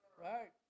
right